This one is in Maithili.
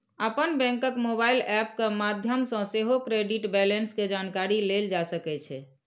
अपन बैंकक मोबाइल एप के माध्यम सं सेहो क्रेडिट बैंलेंस के जानकारी लेल जा सकै छै